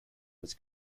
was